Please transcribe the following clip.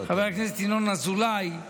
חבר הכנסת ינון אזולאי,